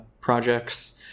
projects